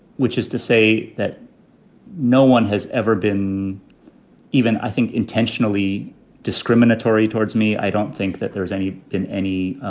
which is to say that no one has ever been even, i think, intentionally discriminatory towards me. i don't think that there's any been any